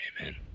Amen